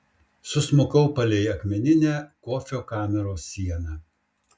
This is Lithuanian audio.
susmukau palei akmeninę kofio kameros sieną